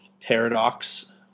paradox